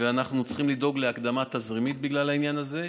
ואנחנו צריכים לדאוג להקדמה תזרימית בגלל העניין הזה.